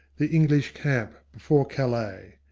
the english camp before calais.